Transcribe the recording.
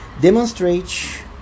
demonstrate